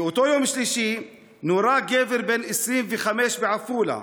באותו יום שלישי נורה גבר בן 25 בעפולה.